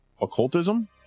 occultism